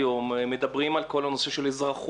היום מדברים על כל הנושא של אזרחות,